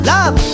Love